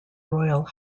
royal